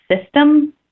system